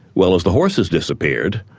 well as the horses disappeared,